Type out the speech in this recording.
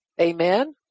Amen